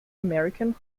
american